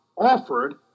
offered